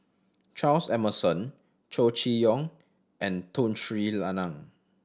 Charles Emmerson Chow Chee Yong and Tun Sri Lanang